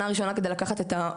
בתוך הרשות הארצית לתחבורה ציבורית,